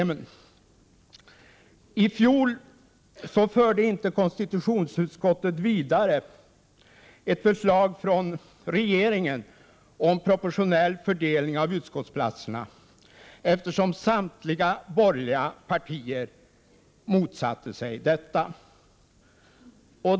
skott I fjol förde inte konstitutionsutskottet ett förslag från regeringen om proportionell fördelning av utskottsplatserna vidare, eftersom samtliga borgerliga partier motsatte sig detta.